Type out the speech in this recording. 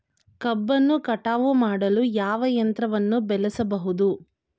ಕಬ್ಬನ್ನು ಕಟಾವು ಮಾಡಲು ಯಾವ ಯಂತ್ರವನ್ನು ಬಳಸಬಹುದು?